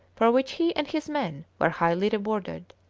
for which he and his men were highly rewarded,